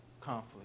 conflict